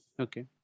Okay